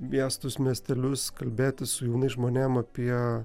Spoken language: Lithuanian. miestus miestelius kalbėtis su jaunais žmonėm apie